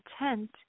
intent